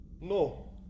No